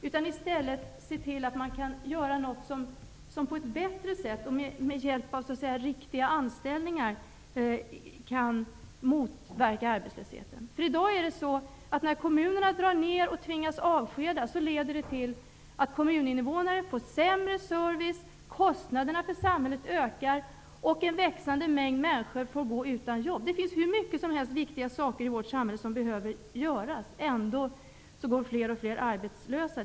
I stället vill man göra något med hjälp av riktiga anställningar som på ett bättre sätt kan motverka arbetslösheten. När kommunerna drar ner och tvingas avskeda leder detta till att kommuninnevånarna får sämre service. Kostnaderna för samhället ökar, och ett växande antal människor får gå utan jobb. Det finns hur många viktiga saker som helst i vårt samhälle som behöver göras. Ändå går fler och fler arbetslösa.